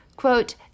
Quote